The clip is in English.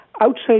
outside